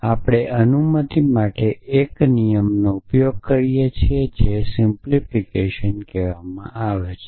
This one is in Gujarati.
તેથી આપણે ઇન્ફરન્સના 1 નિયમનો ઉપયોગ કરીએ છીએ જેને સિમ્પ્લિફિકેશન કહેવામાં આવે છે